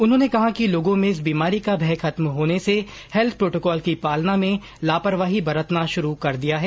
उन्होंने कहा कि लोगों में इस महामारी का भय खत्म होने से हेल्थ प्रोटोकॉल की पालना में लापरवाही बरतना शुरू कर दिया है